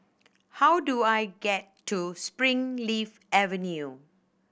how do I get to Springleaf Avenue